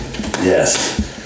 Yes